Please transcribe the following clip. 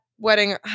wedding